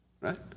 Right